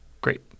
great